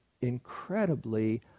incredibly